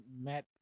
Matt